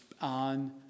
on